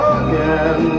again